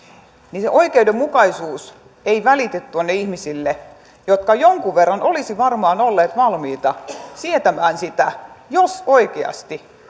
niin se oikeudenmukaisuus ei välity tuonne ihmisille jotka jonkun verran olisivat varmaan olleet valmiita sietämään sitä jos oikeasti